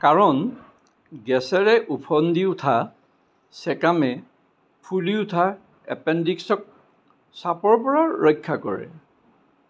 কাৰণ গেছেৰে ওফন্দি উঠা চেকামে ফুলি উঠা এপেণ্ডিক্সক চাপৰ পৰা ৰক্ষা কৰে